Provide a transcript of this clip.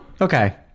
Okay